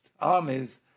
armies